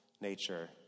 nature